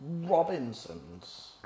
Robinson's